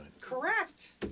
Correct